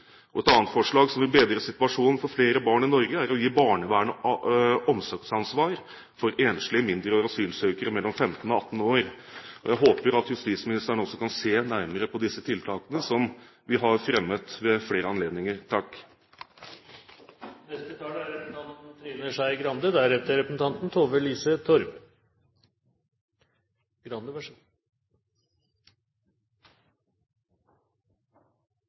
Et annet forslag som vil bedre situasjonen for flere barn i Norge, er å gi barnevernet omsorgsansvar for enslige mindreårige asylsøkere mellom 15 og 18 år. Jeg håper at justisministeren også kan se nærmere på disse forslagene, som vi har fremmet ved flere anledninger.